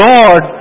Lord